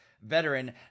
veteran